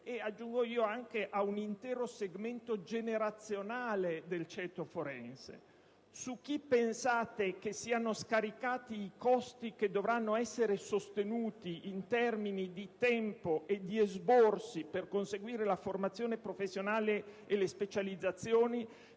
io aggiungo «anche a un intero segmento generazionale del ceto forense». Poi prosegue: «Su chi pensate siano scaricati i costi che dovranno essere sostenuti in termini di tempo e di esborsi per conseguire la formazione professionale e le specializzazioni?